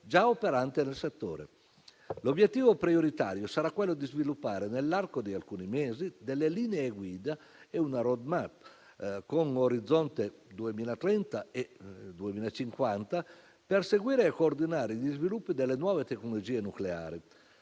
già operante nel settore. L'obiettivo prioritario sarà quello di sviluppare nell'arco di alcuni mesi delle linee guida e una *road map* con l'orizzonte del 2030 e del 2050 per seguire e coordinare gli sviluppi delle nuove tecnologie nucleari